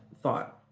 thought